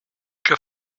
que